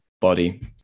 body